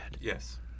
Yes